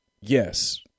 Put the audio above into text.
yes